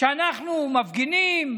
שאנחנו מפגינים,